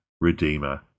redeemer